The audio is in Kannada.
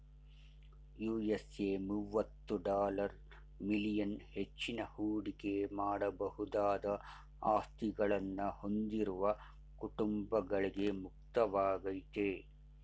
ಯು.ಎಸ್.ಎ ಮುವತ್ತು ಡಾಲರ್ ಮಿಲಿಯನ್ ಹೆಚ್ಚಿನ ಹೂಡಿಕೆ ಮಾಡಬಹುದಾದ ಆಸ್ತಿಗಳನ್ನ ಹೊಂದಿರುವ ಕುಟುಂಬಗಳ್ಗೆ ಮುಕ್ತವಾಗೈತೆ